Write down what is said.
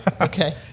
okay